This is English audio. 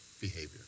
behavior